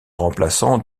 remplaçant